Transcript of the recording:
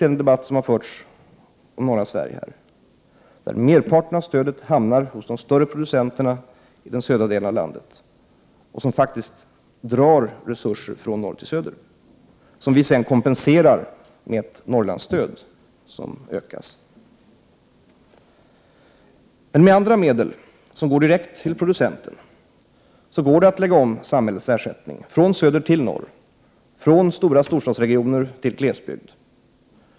I den debatt som här förts om norra Sverige är det viktigt att komma ihåg att merparten av stödet hamnar hos de större producenterna i den södra delen av landet. Detta drar resurser från norr till söder, vilket sedan kompenseras med ett ökat Norrlandsstöd. Det går att med andra medel, som är riktade direkt mot producenterna, flytta över statens ersättning från söder till norr, från storstadsregioner till glesbygd.